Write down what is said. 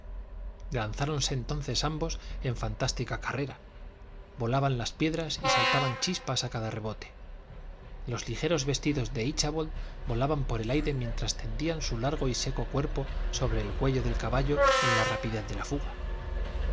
lanzáronse entonces ambos en fantástica carrera volaban las piedras y saltaban chispas a cada rebote los ligeros vestidos de íchabod volaban por el aire mientras tendía su largo y seco cuerpo sobre el cuello del caballo en la rapidez de la fuga